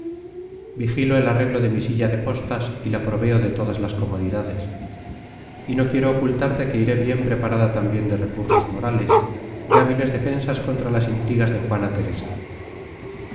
vigilo el arreglo de mi silla de postas y la proveo de todas las comodidades y no quiero ocultarte que iré bien preparada también de recursos morales de hábiles defensas contra las intrigas de juana teresa